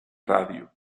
radio